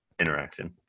Interaction